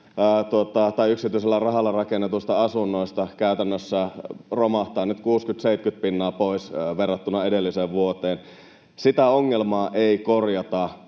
Yksityisellä rahalla rakennetuista asunnoista käytännössä romahtaa nyt 60—70 pinnaa pois verrattuna edelliseen vuoteen. Sitä ongelmaa ei korjata